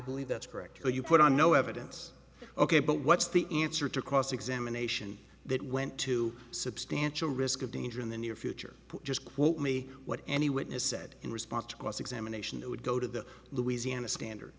believe that's correct so you put on no evidence ok but what's the answer to cross examination that went to substantial risk of danger in the near future just quote me what any witness said in response to cross examination that would go to the louisiana standard